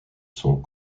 sont